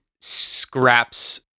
scraps